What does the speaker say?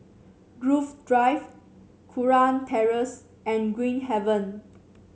Grove Drive Kurau Terrace and Green Haven